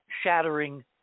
shattering